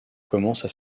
commencent